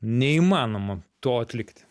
neįmanoma to atlikti